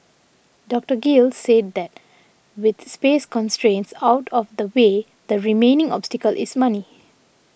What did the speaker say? Doctor Gill said that with space constraints out of the way the remaining obstacle is money